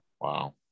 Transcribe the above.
wow